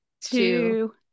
two